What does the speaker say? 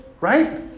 Right